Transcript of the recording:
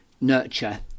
nurture